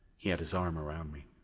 he had his arm around me.